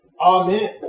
Amen